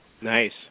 Nice